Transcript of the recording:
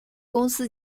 公司